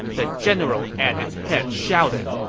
the general at its head shouted,